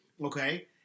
Okay